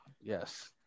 yes